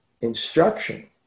Instruction